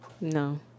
No